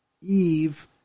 Eve